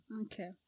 okay